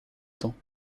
temps